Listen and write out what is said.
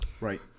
Right